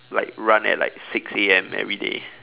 like run at like six A_M everyday